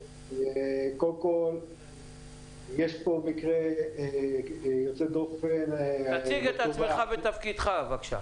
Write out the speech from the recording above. קודם כל יש פה מקרה יוצא דופן --- תציג את עצמך ואת תפקידך בבקשה.